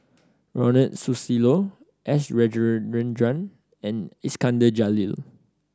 Ronald Susilo S Rajendran and Iskandar Jalil